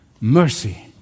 mercy